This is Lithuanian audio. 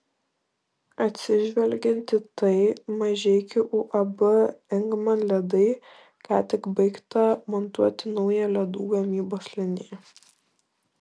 atsižvelgiant į tai mažeikių uab ingman ledai ką tik baigta montuoti nauja ledų gamybos linija